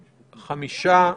חמישה.